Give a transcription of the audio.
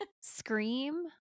Scream